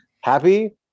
happy